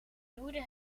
duwde